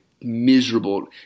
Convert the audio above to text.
miserable